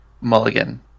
mulligan